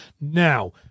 Now